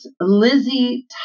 Lizzie